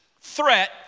threat